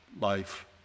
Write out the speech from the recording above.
life